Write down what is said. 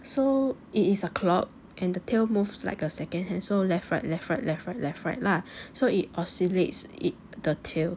so it is a clock and the tail moves like a second hand so left right left right left right left right lah so it oscillates it the tail